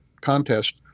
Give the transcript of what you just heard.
contest